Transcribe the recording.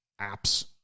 apps